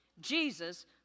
Jesus